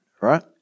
right